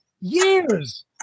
years